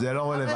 זה לא רלבנטי.